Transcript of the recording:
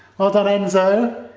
well done enzo!